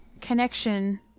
connection